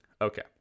Okay